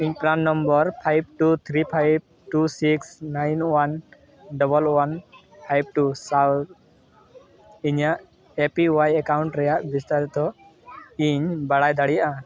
ᱤᱧ five two three five two six nine one one five two ᱥᱟᱶ ᱤᱧᱟᱹᱜ ᱨᱮᱭᱟᱜ ᱵᱤᱥᱛᱟᱨᱤᱛᱚ ᱤᱧ ᱵᱟᱲᱟᱭ ᱫᱟᱲᱮᱭᱟᱜᱼᱟ